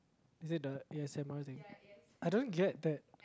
is it the A_S_M_R thing I don't get that